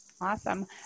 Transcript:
awesome